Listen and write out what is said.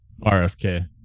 RFK